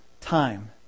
time